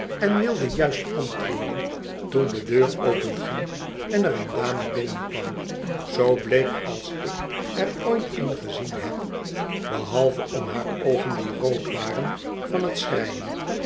en wilde juist antwoorden toen de deur openging en er een dame binnen kwam zoo bleek als ik er ooit een gezien heb behalve om haar oogen die rood waren van het schreien